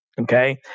Okay